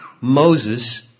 Moses